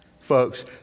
folks